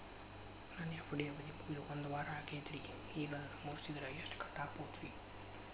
ನನ್ನ ಎಫ್.ಡಿ ಅವಧಿ ಮುಗಿದು ಒಂದವಾರ ಆಗೇದ್ರಿ ಈಗ ಅದನ್ನ ಮುರಿಸಿದ್ರ ಎಷ್ಟ ಕಟ್ ಆಗ್ಬೋದ್ರಿ?